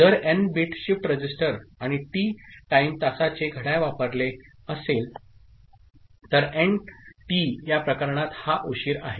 जर N bit shift register आणि T time तासाचे घड्याळ वापरले असेल तर एन टी या प्रकरणात हा उशीर आहे